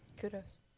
kudos